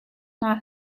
hna